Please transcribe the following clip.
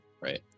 right